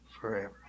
forever